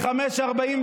ב-17:47,